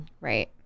Right